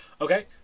Okay